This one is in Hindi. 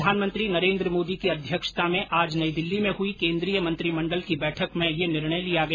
प्रधानमंत्री नरेन्द्र मोदी की अध्यक्षता में आज नई दिल्ली में हुई केंद्रीय मंत्रिमडल की बैठक में यह निर्णय लिया गया